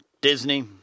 Disney